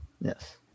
Yes